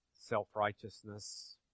self-righteousness